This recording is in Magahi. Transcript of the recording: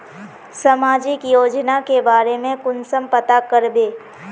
सामाजिक योजना के बारे में कुंसम पता करबे?